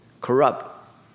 corrupt